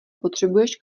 potřebuješ